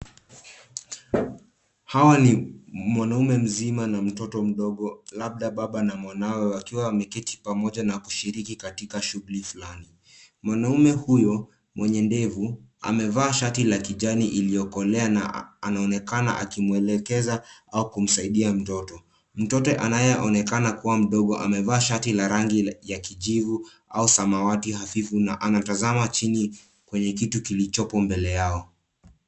Hawa ni mwanaume mzima na mtoto mdogo labda baba na mwanawe wakiwa wameketi pamoja na kushiriki katika shughuli fulani. Mwanaume huyo mwenye ndevu, amevaa shati la kijani iliyokolea na anaonekana akimwelekeza au kumsaidia mtoto. Mtoto anayeonekana kuwa mdogo amevaa shati la rangi ya kijivu au samawati hafifu na anatazama chini kwenye kitu kilichopo mbele yao.